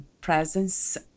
presence